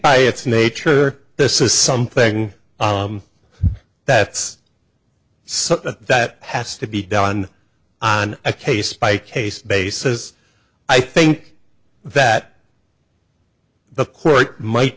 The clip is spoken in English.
by its nature this is something that's something that has to be done on a case by case basis i think that the court might